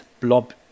blob